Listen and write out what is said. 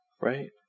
right